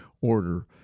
Order